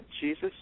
Jesus